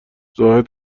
زاهد